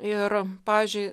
ir pavyzdžiui